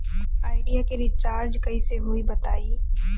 Idea के recharge कइसे होई बताईं?